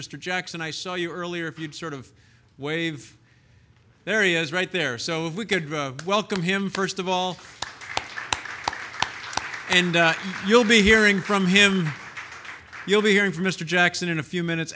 mr jackson i saw you earlier if you'd sort of wave areas right there so if we could welcome him first of all and you'll be hearing from him you'll be hearing from mr jackson in a few minutes